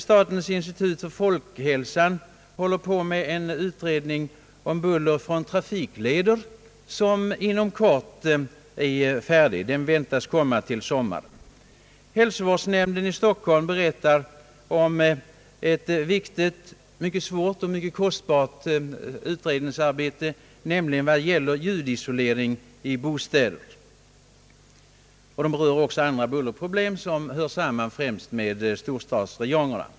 Statens institut för folkhälsan arbetar med en utredning om buller från trafikleder; den väntas bli klar till sommaren. Hälsovårdsnämnden i Stockholm berättar om ett mycket viktigt utredningsarbete som gäller ljudisolering i bostäder, en lika viktig som dyrbar delfråga; nämnden berör också andra bullerproblem som hör samman främst med storstadsräjongerna.